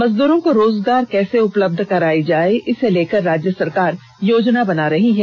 मजदूरों को रोजगार कैसे उपलब्ध कराई जाये इसे लेकर राज्य सरकार योजना बना रही है